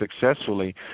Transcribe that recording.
successfully